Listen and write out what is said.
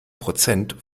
prozent